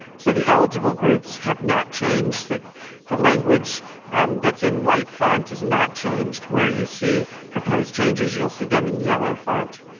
so the eligible groups have not changed. so the language that's in white font is not changed, where you see proposed changes you'll see them in yellow font.